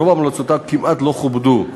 רוב המלצותיה כמעט לא כובדו.